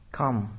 Come